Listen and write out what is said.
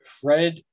Fred